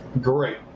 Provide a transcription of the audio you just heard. great